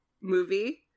movie